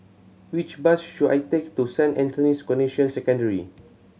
which bus should I take to Saint Anthony's Canossian Secondary